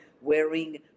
wearing